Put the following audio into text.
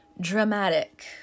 dramatic